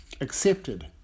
accepted